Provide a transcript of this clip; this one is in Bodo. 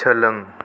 सोलों